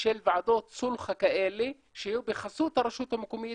של ועדות סולחה כאלה שיהיו בחסות הרשות המקומית,